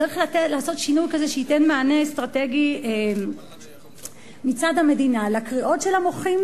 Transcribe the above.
צריך לעשות שינוי כזה שייתן מענה אסטרטגי מצד המדינה לקריאות של המוחים